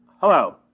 hello